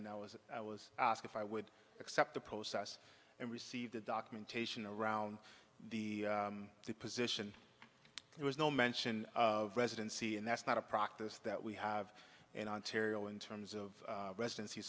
and i was i was asked if i would accept the process and receive the documentation around the position there was no mention of residency and that's not a practice that we have in ontario in terms of residency